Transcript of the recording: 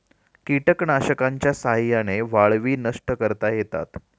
कीटकनाशकांच्या साह्याने वाळवी नष्ट करता येतात